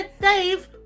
Dave